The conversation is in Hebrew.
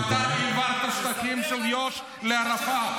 ואתה העברת שטחים ביו"ש לערפאת.